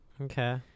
Okay